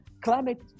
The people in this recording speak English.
climate